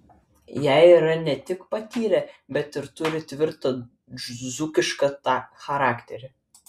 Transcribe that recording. jie yra ne tik patyrę bet ir turi tvirtą dzūkišką charakterį